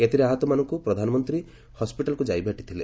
ଏଥିରେ ଆହତମାନଙ୍କୁ ପ୍ରଧାନମନ୍ତ୍ରୀ ହସ୍କିଟାଲ୍କୁ ଯାଇ ଭେଟିଥିଲେ